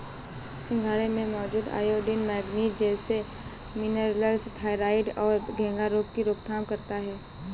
सिंघाड़े में मौजूद आयोडीन, मैग्नीज जैसे मिनरल्स थायरॉइड और घेंघा रोग की रोकथाम करता है